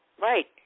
right